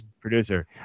producer